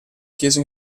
chiesa